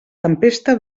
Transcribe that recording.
tempesta